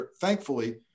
thankfully